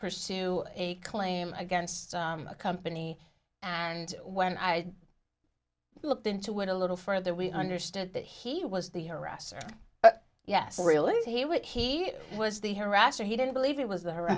pursue a claim against a company and when i looked into what a little further we understood that he was the harasser but yes really he would he was the harasser he didn't believe it was the h